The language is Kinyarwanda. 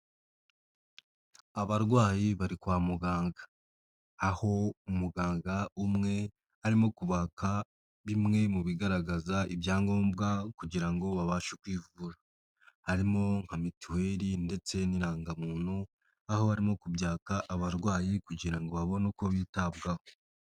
Abarwayi bari kwa muganga aho umuganga umwe arimo kubaka bimwe mu bigaragaza ibyangombwa kugira ngo babashe kwivura, harimo nka mitiweli ndetse n'irangamuntu aho barimo kubyaka abarwayi kugira ngo babone uko bitabwaho.